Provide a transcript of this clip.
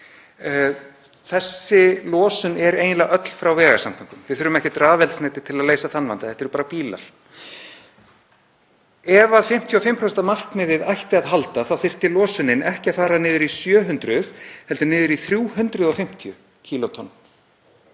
Þessi losun er eiginlega öll frá vegasamgöngum. Við þurfum ekkert rafeldsneyti til að leysa þann vanda, þetta eru bara bílar. Ef 55% markmiðið ætti að halda þyrfti losunin ekki að fara niður í 700 heldur niður í 350 kílótonn,